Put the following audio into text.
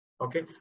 Okay